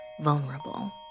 vulnerable